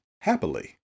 happily